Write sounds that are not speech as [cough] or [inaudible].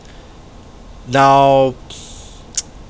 now [noise]